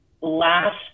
Last